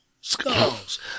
Skulls